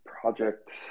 project